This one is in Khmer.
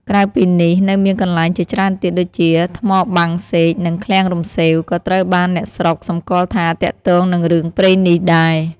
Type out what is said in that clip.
ក្រៅពីនេះ នៅមានកន្លែងជាច្រើនទៀតដូចជា ថ្មបាំងសេក និង ឃ្លាំងរំសេវ ក៏ត្រូវបានអ្នកស្រុកសម្គាល់ថាទាក់ទងនឹងរឿងព្រេងនេះដែរ។